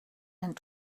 and